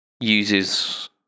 uses